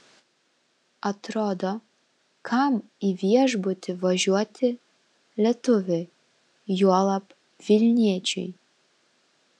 atrodo kam į viešbutį važiuoti lietuviui juolab vilniečiui